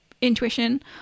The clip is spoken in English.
intuition